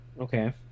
Okay